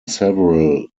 several